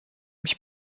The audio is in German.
mich